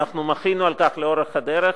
אנחנו מחינו על כך לאורך הדרך,